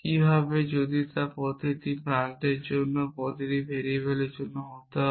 কি হবে যদি প্রতিটি প্রান্তের জন্য যা প্রতিটি ভেরিয়েবলের জন্য হতে পারে